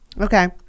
Okay